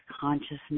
consciousness